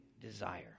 desire